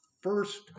first